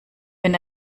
wenn